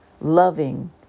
loving